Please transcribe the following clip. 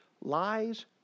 Lies